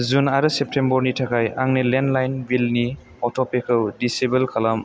जुन आरो सेप्तेम्बरनि थाखाय आंनि लेन्डलाइननि बिलनि अट'पेखौ दिसेबोल्ड खालाम